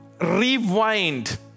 rewind